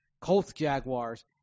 Colts-Jaguars